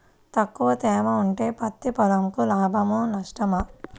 తక్కువ తేమ ఉంటే పత్తి పొలంకు లాభమా? నష్టమా?